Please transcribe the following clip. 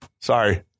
Sorry